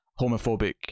homophobic